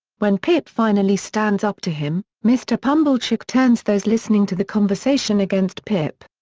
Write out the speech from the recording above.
when pip finally stands up to him, mr. pumblechook turns those listening to the conversation against pip.